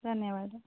ಧನ್ಯವಾದ